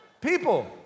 People